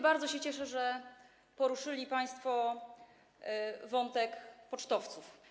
Bardzo się cieszę, że poruszyli państwo wątek pocztowców.